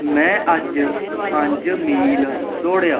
ਮੈਂ ਅੱਜ ਪੰਜ ਮੀਲ ਦੌੜਿਆ